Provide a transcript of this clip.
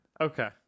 Okay